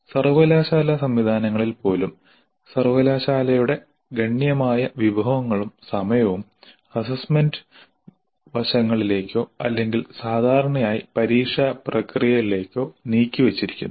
സർവകലാശാലാ സംവിധാനങ്ങളിൽ പോലും സർവകലാശാലയുടെ ഗണ്യമായ വിഭവങ്ങളും സമയവും അസ്സസ്സ്മെന്റ് വശങ്ങളിലേക്കോ അല്ലെങ്കിൽ സാധാരണയായി പരീക്ഷാ പ്രക്രിയകളിലേക്കോ നീക്കിവച്ചിരിക്കുന്നു